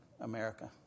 America